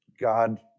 God